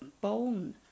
bone